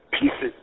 pieces